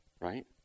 right